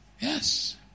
Yes